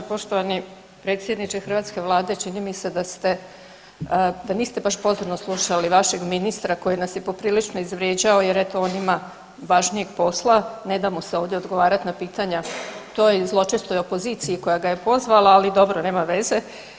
Poštovani predsjedniče hrvatske vlade čini mi se da ste, da niste baš pozorno slušali vašeg ministra koji nas je poprilično izvrijeđao jer eto on ima važnijeg posla, ne da mu se ovdje odgovarati na pitanja toj zločestoj opoziciji koja ga je pozvala, ali dobro nema veze.